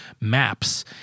maps